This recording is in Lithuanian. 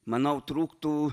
manau trūktų